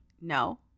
No